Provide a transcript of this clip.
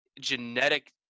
genetic